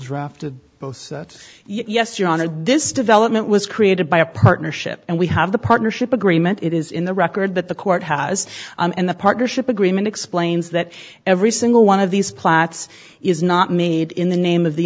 drafted both yes you're on the this development was created by a partnership and we have the partnership agreement it is in the record that the court has and the partnership agreement explains that every single one of these plots is not made in the name of the